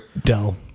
Dell